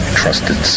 trusted